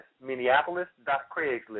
Minneapolis.Craigslist